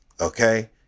okay